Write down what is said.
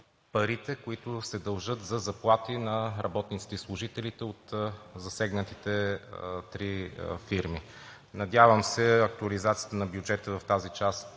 които се дължат за заплати на работниците и служителите от засегнатите три фирми. Надявам се актуализацията на бюджета в тази част